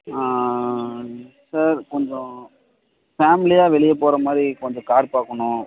ஆ sir கொஞ்சம் ஃபேமிலியாக வெளியே போகிற மாதிரி கொஞ்சம் கார் பார்க்கணும்